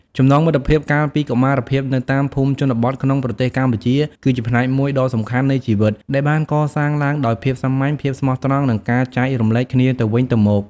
ចំណងមិត្តភាពកាលពីកុមារភាពនៅតាមភូមិជនបទក្នុងប្រទេសកម្ពុជា គឺជាផ្នែកមួយដ៏សំខាន់នៃជីវិត ដែលបានកសាងឡើងដោយភាពសាមញ្ញ ភាពស្មោះត្រង់ និងការចែករំលែកគ្នាទៅវិញទៅមក។